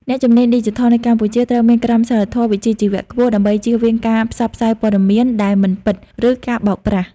អ្នកជំនាញឌីជីថលនៅកម្ពុជាត្រូវមានក្រមសីលធម៌វិជ្ជាជីវៈខ្ពស់ ដើម្បីចៀសវាងការផ្សព្វផ្សាយព័ត៌មានដែលមិនពិត ឬការបោកប្រាស់។